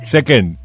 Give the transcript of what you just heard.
Second